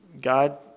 God